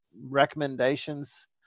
recommendations